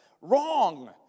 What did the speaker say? Wrong